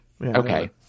Okay